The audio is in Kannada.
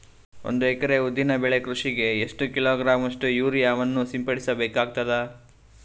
ಒಂದು ಎಕರೆ ಉದ್ದಿನ ಬೆಳೆ ಕೃಷಿಗೆ ಎಷ್ಟು ಕಿಲೋಗ್ರಾಂ ಗಳಷ್ಟು ಯೂರಿಯಾವನ್ನು ಸಿಂಪಡಸ ಬೇಕಾಗತದಾ?